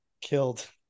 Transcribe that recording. killed